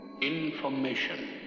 Information